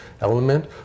element